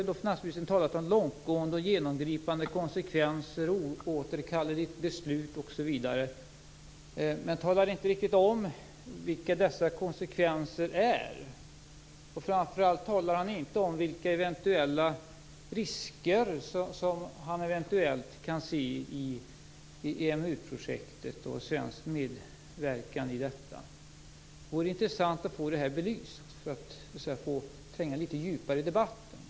Finansministern har här talat om långtgående, genomgripande konsekvenser och om ett oåterkalleligt beslut osv., men han talar inte riktigt om vilka dessa konsekvenser är. Framför allt talar han inte om vilka eventuella risker som han kan se i EMU-projektet och en svensk medverkan i detta. Det vore intressant att få dem belysta för att tränga litet djupare i debatten.